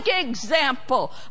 example